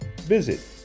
visit